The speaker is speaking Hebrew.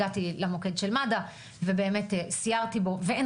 הגעתי למוקד של מד"א ובאמת סיירתי בו ואין